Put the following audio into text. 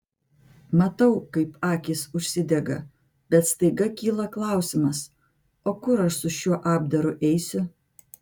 matau kaip akys užsidega bet staiga kyla klausimas o kur aš su šiuo apdaru eisiu